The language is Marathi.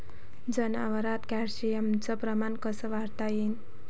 जनावरात कॅल्शियमचं प्रमान कस वाढवता येईन?